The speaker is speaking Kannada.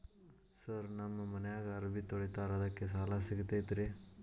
ಸರ್ ನಮ್ಮ ಮನ್ಯಾಗ ಅರಬಿ ತೊಳಿತಾರ ಅದಕ್ಕೆ ಸಾಲ ಸಿಗತೈತ ರಿ?